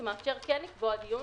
זה מאפשר לקבוע דיון,